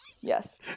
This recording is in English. Yes